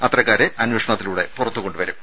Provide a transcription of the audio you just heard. അത്തരക്കാരെ അന്വേഷണത്തിലൂടെ പുറത്തുകൊണ്ടുവരും